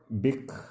big